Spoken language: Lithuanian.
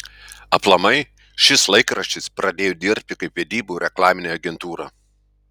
aplamai šis laikraštis pradėjo dirbti kaip vedybų reklaminė agentūra